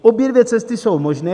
Obě dvě cesty jsou možné.